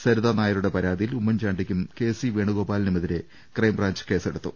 സരിതാനായരുടെ പരാതിയിൽ ഉമ്മൻചാണ്ടിക്കും K C വേണുഗോപാലിനുമെതിരെ ക്രൈംബ്രാഞ്ച് കേസെടുത്തു